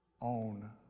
Own